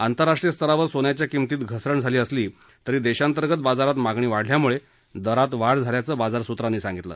आंतरराष्ट्रीय स्तरावर सोन्याच्या किंमतीत घसरण झाली असली तरी देशांतर्गत बाजारात मागणी वाढल्यामुळे दरात वाढ झाल्याचं बाजारसुत्रांनी सांगितलं